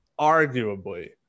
arguably